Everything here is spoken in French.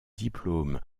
diplôme